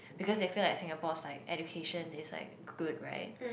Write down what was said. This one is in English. because they feel like Singapore likes education is like good right